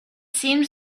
seemed